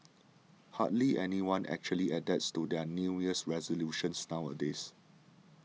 hardly anyone actually adheres to their New Year resolutions nowadays